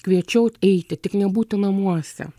kviečiau eiti tik nebūti namuose